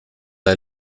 hij